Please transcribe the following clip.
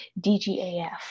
DGAF